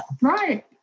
Right